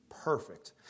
perfect